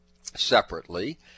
separately